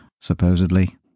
supposedly